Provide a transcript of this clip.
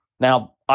Now